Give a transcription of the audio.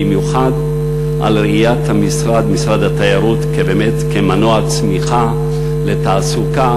במיוחד על ראיית משרד התיירות כמנוע צמיחה לתעסוקה,